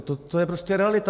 To je prostě realita.